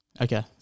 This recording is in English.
Okay